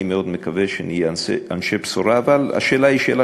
אני מאוד מקווה שנהיה אנשי בשורה, אבל